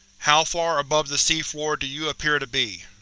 how far above the sea floor do you appear to be?